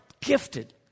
gifted